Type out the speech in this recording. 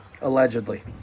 Allegedly